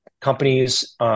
companies